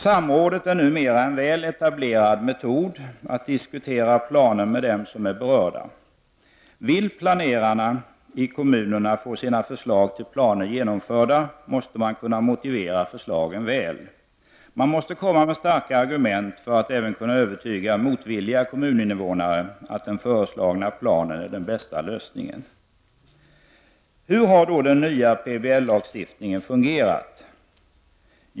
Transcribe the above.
Samrådet är numera en väl etablerad metod att diskutera planer med dem som är berörda. Vill planerarna i kommunerna få sina förslag till planer genomförda, måste man kunna motivera förslagen väl. Man måste komma med starka argument för att kunna övertyga även motvilliga kommuninvånare om att den föreslagna planen är den bästa lösningen. Hur har då den nya PBL-lagstiftningen fungerat?